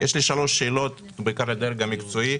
יש לי שלוש שאלות, בעיקר לדרג המקצועי.